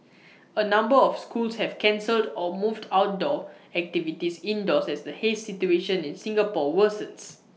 A number of schools have cancelled or moved outdoor activities indoors as the haze situation in Singapore worsens